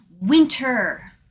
winter